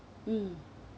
mm